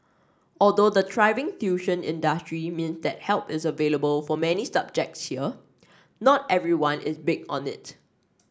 although the thriving tuition industry mean that help is available for many subjects here not everyone is big on it